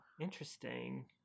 interesting